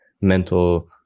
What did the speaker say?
mental